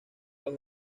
los